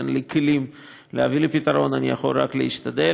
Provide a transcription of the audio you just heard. אין לי כלים להביא לפתרון, אני יכול רק להשתדל.